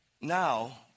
now